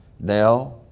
Now